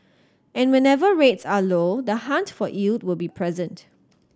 and whenever rates are low the hunt for yield will be present